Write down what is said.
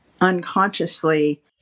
unconsciously